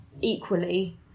equally